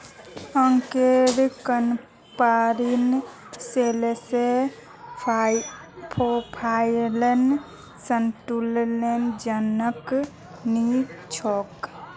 अंकलेर कंपनीर sales profile संतुष्टिजनक नी छोक